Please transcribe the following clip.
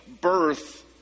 birth